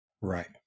Right